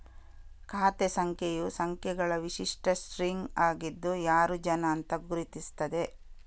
ಖಾತೆ ಸಂಖ್ಯೆಯು ಸಂಖ್ಯೆಗಳ ವಿಶಿಷ್ಟ ಸ್ಟ್ರಿಂಗ್ ಆಗಿದ್ದು ಯಾರು ಜನ ಅಂತ ಗುರುತಿಸ್ತದೆ